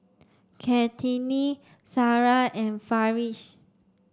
Kartini Sarah and Farish